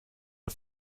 are